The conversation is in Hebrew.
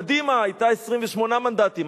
קדימה היתה 28 מנדטים,